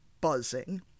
buzzing